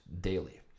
daily